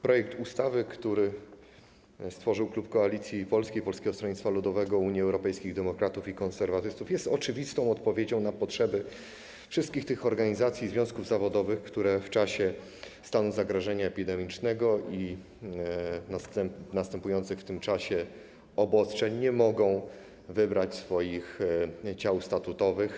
Projekt ustawy, który stworzył klub Koalicji Polskiej - Polskiego Stronnictwa Ludowego, Unii Europejskich Demokratów i Konserwatystów jest oczywistą odpowiedzią na potrzeby wszystkich tych organizacji i związków zawodowych, które w czasie stanu zagrożenia epidemicznego i następujących w tym czasie obostrzeń nie mogą wybrać swoich ciał statutowych.